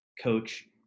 Coach